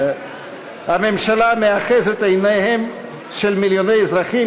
הממשלה מאחזת את עיניהם של מיליוני אזרחים,